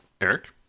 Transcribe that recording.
Eric